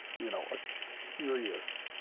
you know, a serious